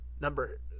number